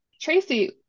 Tracy